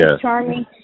charming